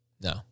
no